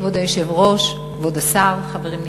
כבוד היושב-ראש, כבוד השר, חברים נכבדים,